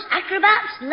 acrobats